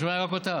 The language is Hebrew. אני שומע רק אותך.